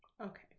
Okay